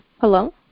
Hello